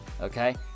Okay